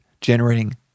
generating